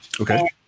okay